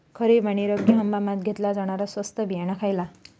खरीप आणि रब्बी हंगामात घेतला जाणारा स्वस्त बियाणा खयला?